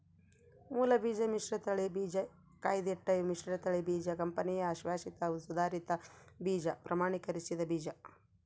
ಮೂಲಬೀಜ ಮಿಶ್ರತಳಿ ಬೀಜ ಕಾಯ್ದಿಟ್ಟ ಮಿಶ್ರತಳಿ ಬೀಜ ಕಂಪನಿ ಅಶ್ವಾಸಿತ ಸುಧಾರಿತ ಬೀಜ ಪ್ರಮಾಣೀಕರಿಸಿದ ಬೀಜ